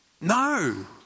No